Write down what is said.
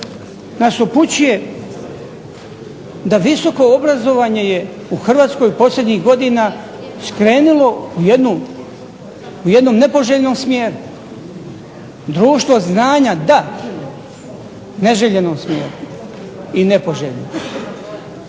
nas upućuje da visoko obrazovanje je u Hrvatskoj posljednjih godina skrenulo u jednom nepoželjnom smjeru. Društvo znanja da, neželjenost ne i nepoželjno.